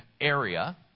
area